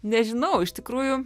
nežinau iš tikrųjų